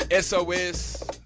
SOS